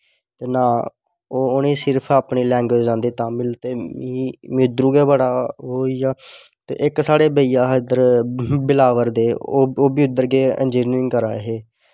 उनें सिर्फ अपने लैंगवेज आंदी तामिल ते में इध्दरों गै बड़ा ओह् होईया ते इक साढ़े भाईया हे बिलावर दे ओह् बी उध्दर गै इंजीनरिंग करा दे हे